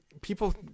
people